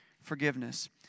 forgiveness